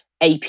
AP